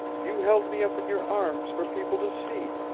you held me up in your arms for people to see,